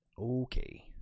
Okay